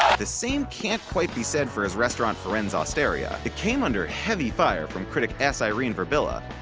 the same can't quite be said for his restaurant firenze osteria. it came under heavy fire from critic s. irene virbila,